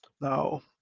now